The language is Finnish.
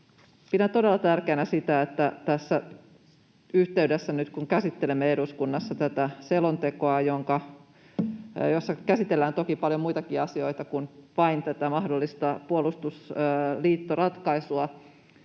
Pidän todella tärkeänä sitä, että tässä yhteydessä, kun nyt käsittelemme eduskunnassa tätä selontekoa — jossa käsitellään toki paljon muitakin asioita kuin vain tätä mahdollista puolustusliittoratkaisua,